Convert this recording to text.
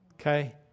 Okay